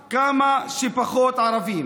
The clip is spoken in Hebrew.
ואנחנו היום לא רק משרד קולט עולים,